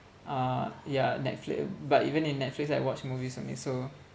uh yeah Netflix but even in Netflix I watch movies only so